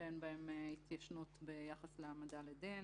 שאין בהן התיישנות ביחס להעמדה לדין.